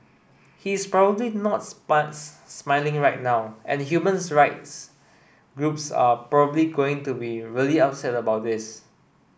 he is probably not smiling right now and human rights groups are probably going to be really upset about this